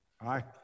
Aye